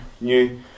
new